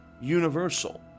universal